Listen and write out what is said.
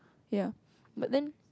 ya but then